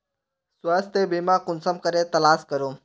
स्वास्थ्य बीमा कुंसम करे तलाश करूम?